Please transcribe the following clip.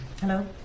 Hello